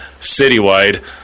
citywide